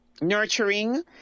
nurturing